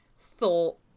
thought